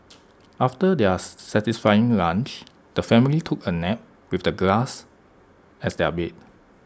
after their satisfying lunch the family took A nap with the grass as their bed